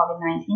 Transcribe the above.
COVID-19